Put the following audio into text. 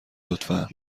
لطفا